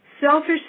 Selfish